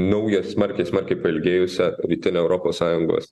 naują smarkiai smarkiai pailgėjusią rytinę europos sąjungos